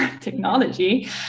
technology